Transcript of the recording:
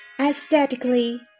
aesthetically